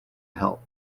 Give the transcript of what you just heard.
help